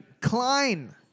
Klein